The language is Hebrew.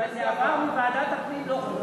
אבל זה עבר מוועדת הפנים, לא חוקי.